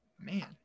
Man